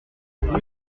palais